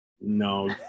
No